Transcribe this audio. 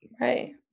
right